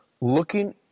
looking